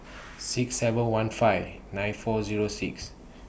six seven one five nine four Zero six